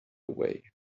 away